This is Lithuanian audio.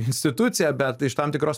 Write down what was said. institucija bet iš tam tikros